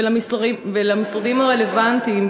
ולמשרדים הרלוונטיים,